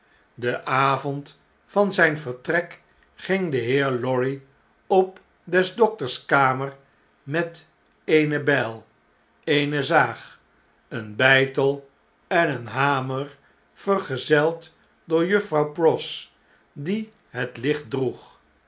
den avond van zjjn vertrek ging de heer lorry op des dokters kamer met eene bjjl eene zaag een beitel en een hamer vergezeld door juffrouw pross die net licht droeg